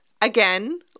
again